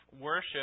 worship